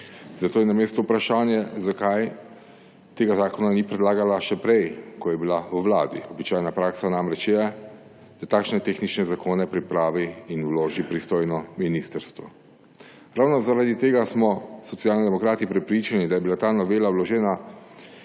Zato je na mestu vprašanje, zakaj tega zakona ni predlagala še prej, ko je bila v vladi. Običajna praksa namreč je, da takšne tehnične zakone pripravi in vloži pristojno ministrstvo. Ravno zaradi tega smo Socialni demokrati prepričani, da je bila ta novela vložena